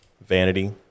vanity